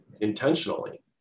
intentionally